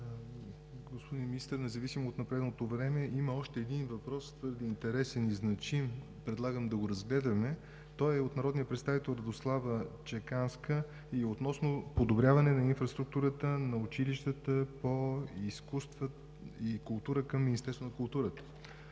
Господин Министър, независимо от напредналото време, има още един въпрос – твърде интересен и значим. Предлагам да го разгледаме. Той е от народния представител Радослава Чеканска и е относно подобряване на инфраструктурата на училищата по изкуства и култура към Министерството на културата.